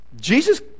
Jesus